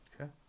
Okay